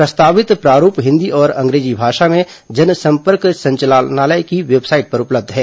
प्रस्तावित प्रारूप हिन्दी और अंग्रेजी भाषा में जनसम्पर्क संचालनालय की वेबसाइट पर उपलब्ध है